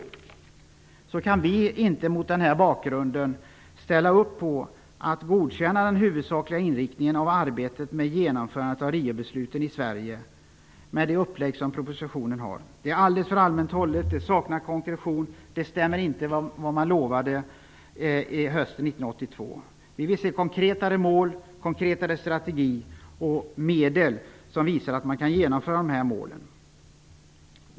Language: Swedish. Med det upplägg som propositionen har kan vi inte ställa upp på och godkänna den huvudsakliga inriktningen av arbetet med att genomföra Riobesluten i Sverige. Propositionen är alldeles för allmänt hållen. Den saknar konkretion, och stämmer inte med vad man lovade hösten 1992. Vi vill se konkretare mål, konkretare strategi och medel som visar att man kan uppnå målen.